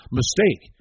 mistake